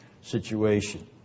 situation